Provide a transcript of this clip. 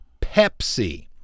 Pepsi